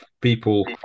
people